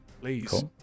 please